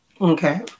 Okay